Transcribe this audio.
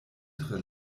tre